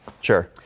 Sure